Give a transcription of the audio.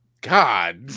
God